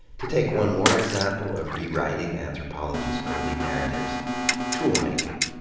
to take one more example of rewriting anthropology's early narratives tool making.